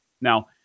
Now